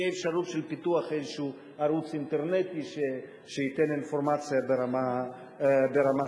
תהיה אפשרות של פיתוח איזשהו ערוץ אינטרנטי שייתן אינפורמציה ברמה שונה.